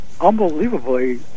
unbelievably